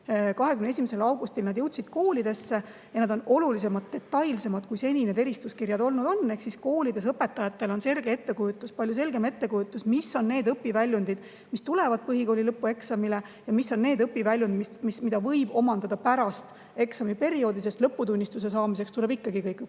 21. augustil need jõudsid koolidesse ja need on olulisemalt detailsemad, kui need eristuskirjad seni on olnud. Koolides on õpetajatel selge ettekujutus, palju selgem ettekujutus, mis on need õpiväljundid, mis tulevad põhikooli lõpueksamile, ja mis on need õpiväljundid, mida võib omandada pärast eksamiperioodi. Lõputunnistuse saamiseks tuleb ikkagi kõik